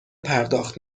پرداخت